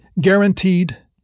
guaranteed